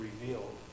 revealed